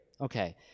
Okay